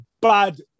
bad